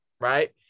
right